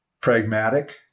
pragmatic